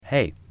Hey